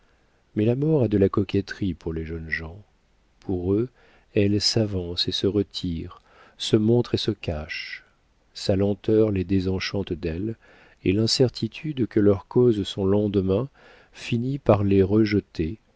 mais la mort a de la coquetterie pour les jeunes gens pour eux elle s'avance et se retire se montre et se cache sa lenteur les désenchante d'elle et l'incertitude que leur cause son lendemain finit par les rejeter